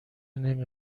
نمی